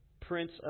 Prince